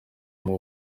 y’u